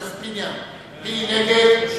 מי נגד?